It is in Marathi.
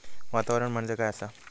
वातावरण म्हणजे काय आसा?